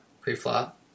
pre-flop